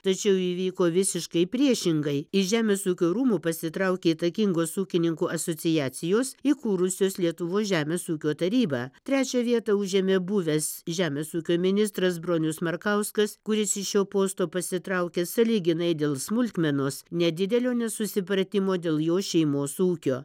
tačiau įvyko visiškai priešingai įš žemės ūkio rūmų pasitraukė įtakingos ūkininkų asociacijos įkūrusios lietuvos žemės ūkio tarybą trečią vietą užėmė buvęs žemės ūkio ministras bronius markauskas kuris iš šio posto pasitraukė sąlyginai dėl smulkmenos nedidelio nesusipratimo dėl jo šeimos ūkio